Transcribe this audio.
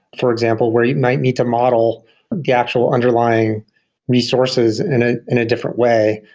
for example where you might need to model the actual underlying resources in ah in a different way.